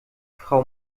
frau